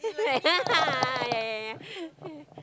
yeah yeah yeah